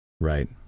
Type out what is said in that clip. Right